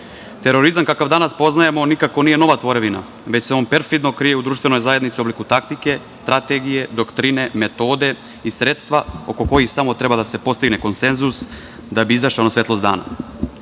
terorizma. Terorizam kakav danas poznajemo, on nikako nije nova tvorevina, već se on perfidno krije u društvenoj zajednici u obliku taktike, strategije, doktrine, metode i sredstva oko kojih samo treba da se postigne konsenzus da bi izašao na svetlost dana. Dok